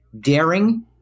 daring